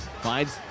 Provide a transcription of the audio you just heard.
finds